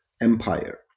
empire